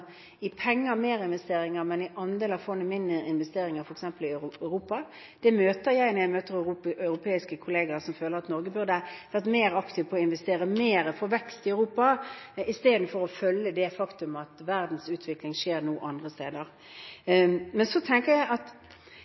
i penger, mer investeringer, men i andel av fondet, mindre investeringer, f.eks. i Europa. Det møter jeg når jeg møter europeiske kollegaer som føler at Norge burde vært mer aktive når det gjelder å investere mer for vekst i Europa, istedenfor å følge det faktum at verdens utvikling skjer andre steder. Men så tenker jeg at